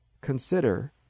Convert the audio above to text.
consider